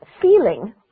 feeling